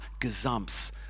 gazumps